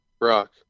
Rock